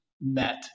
met